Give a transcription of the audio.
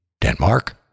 Denmark